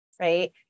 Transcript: right